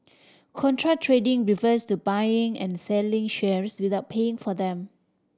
contra trading refers to buying and selling shares without paying for them